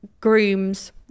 grooms